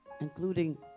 including